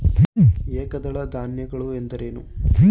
ಏಕದಳ ಧಾನ್ಯಗಳು ಎಂದರೇನು?